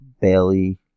Bailey